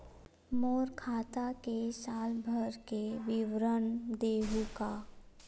मोर खाता के साल भर के विवरण देहू का?